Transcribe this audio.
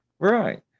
right